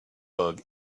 bug